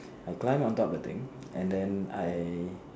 I climbed on top the thing and then I